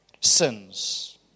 sins